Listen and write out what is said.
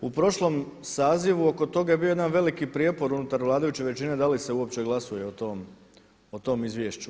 U prošlom sazivu oko toga je bio jedan veliki prijepor unutar vladajuće većine da li se uopće glasuje o tom izvješću.